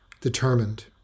determined